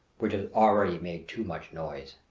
which has already made too much noise.